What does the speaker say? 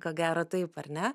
ko gero taip ar ne